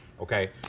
Okay